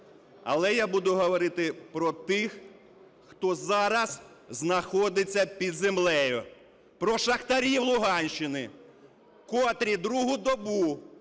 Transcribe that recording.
Але я буду говорити про тих, хто зараз знаходиться під землею – про шахтарів Луганщини, котрі другу добу